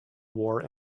wore